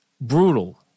brutal